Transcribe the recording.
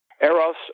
Eros